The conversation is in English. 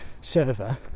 server